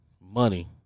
money